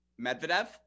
Medvedev